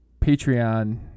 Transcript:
Patreon